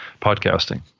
podcasting